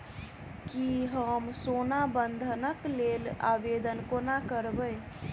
की हम सोना बंधन कऽ लेल आवेदन कोना करबै?